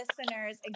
listeners